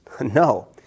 No